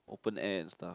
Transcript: open air and stuff